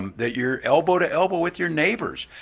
that you're elbow to elbow with your neighbors,